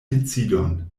decidon